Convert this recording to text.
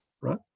right